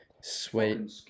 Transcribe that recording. sweet